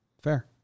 fair